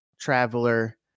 Traveler